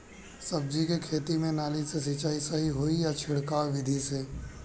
सब्जी के खेती में नाली से सिचाई सही होई या छिड़काव बिधि से?